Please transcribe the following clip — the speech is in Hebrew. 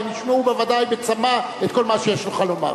הם ישמעו בוודאי בצמא את כל מה שיש לך לומר.